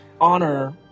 honor